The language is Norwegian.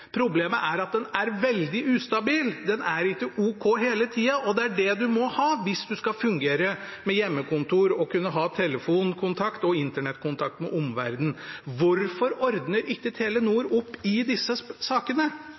Problemet er at den er veldig ustabil, den er ikke ok hele tida, men det må den være hvis en skal fungere med hjemmekontor og kunne ha telefonkontakt og internettkontakt med omverdenen. Hvorfor ordner ikke Telenor opp i disse sakene?